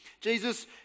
Jesus